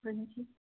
ਹਾਂਜੀ